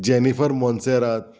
Jennifer Monserrate